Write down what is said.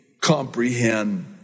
comprehend